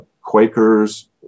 Quakers